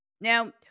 Now